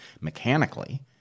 mechanically